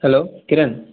hello Kiran